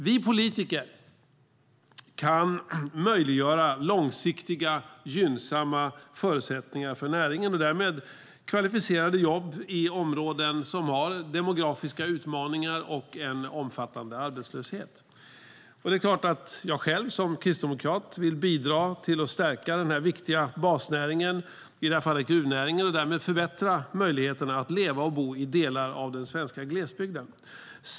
Vi politiker kan möjliggöra långsiktiga gynnsamma förutsättningar för näringen och därmed kvalificerade jobb i områden som har demografiska utmaningar och en omfattande arbetslöshet. Det är klart att jag själv som kristdemokrat vill bidra till att stärka den viktiga basnäringen - i det här fallet gruvnäringen - och därmed förbättra möjligheterna att leva och bo i delar av den svenska glesbygden.